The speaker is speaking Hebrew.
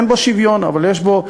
אין בו שוויון אבל יש בו,